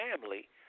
family